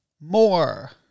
More